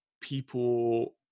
people